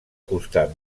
costar